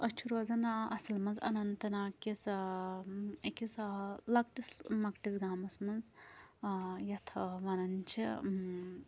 أسۍ چھِ روزان اَصٕل منٛز اننت ناگ کِس أکِس لَکٹِس مَۄکٹِس گامَس منٛز یَتھ وَنان چھِ